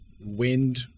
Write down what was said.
wind